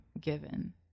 given